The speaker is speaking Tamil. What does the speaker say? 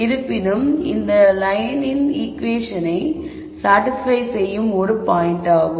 இருப்பினும் இது லயனின் ஈகுவேஷனை சாடிஸ்பய் செய்யும் ஒரு பாயிண்டாகும்